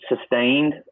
sustained